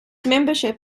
membership